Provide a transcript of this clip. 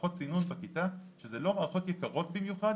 שמערכות סינון בכיתה שהן לא מערכות יקרות במיוחד,